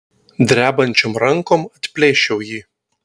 drebančiom rankom atplėšiau jį